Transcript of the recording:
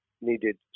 needed